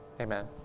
amen